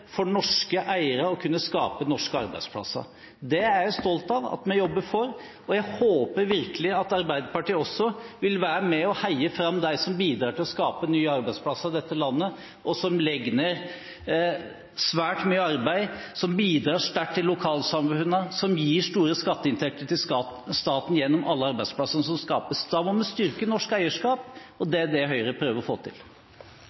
for norske eiere å kunne skape norske arbeidsplasser. Det er jeg stolt av at vi jobber for. Jeg håper virkelig at Arbeiderpartiet også vil være med og heie fram dem som bidrar til å skape nye arbeidsplasser i dette landet – de som legger ned svært mye arbeid, som bidrar sterkt i lokalsamfunnene, og som gir store skatteinntekter til staten gjennom alle arbeidsplassene som skapes. Da må vi styrke norsk eierskap, og det er det Høyre prøver å få til.